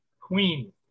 queen